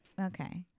Okay